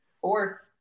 four